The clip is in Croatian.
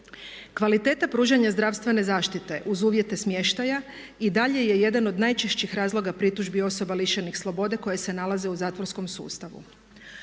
Kvaliteta pružanja zdravstvene zaštite uz uvjete smještaja i dalje je jedan od najčešćih razloga pritužbi osoba lišenih slobode koje se nalaze u zatvorskom sustavu.